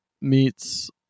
meets